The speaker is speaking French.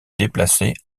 déplacer